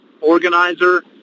organizer